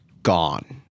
Gone